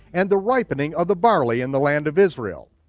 and the ripening of the barley in the land of israel.